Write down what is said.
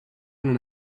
doing